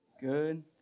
Good